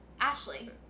Ashley